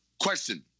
Question